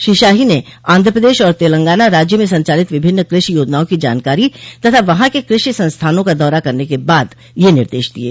श्री शाही ने आंध्र प्रदेश और तेलंगाना राज्य में संचालित विभिन्न कृषि योजनाओं की जानकारी तथा वहां के कृषि संस्थानों का दौरा करने के बाद यह निर्देश दिये